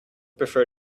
prefer